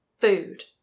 food